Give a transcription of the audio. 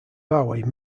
bowie